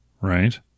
right